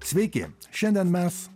sveiki šiandien mes